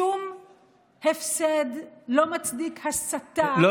שום הפסד לא מצדיק הסתה,